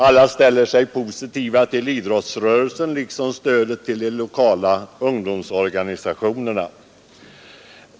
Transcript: Alla ställer sig positiva till stödet till idrottsrörelsen liksom till de lokala ungdomsorganisationerna.